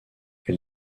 elle